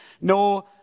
no